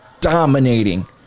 dominating